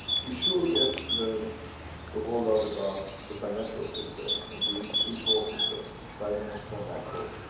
we surely have learned a whole lot about the financial system, and the importance of finance for macro.